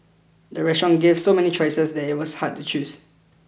the restaurant gave so many choices that it was hard to choose